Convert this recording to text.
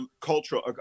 cultural